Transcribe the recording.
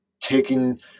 taking